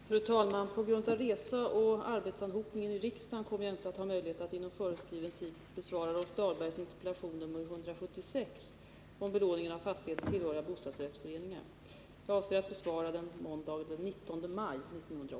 Fru talman! På grund av resa och arbetsanhopningen i riksdagen kommer jag inte att ha möjlighet att inom föreskriven tid besvara Rolf Dahlbergs interpellation 176 om belåningen av fastigheter tillhöriga bostadsrättsföreningar. Jag avser att besvara interpellationen måndagen den 19 maj.